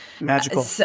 magical